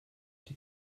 die